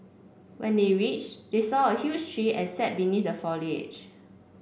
when they reached they saw a huge tree and sat beneath the foliage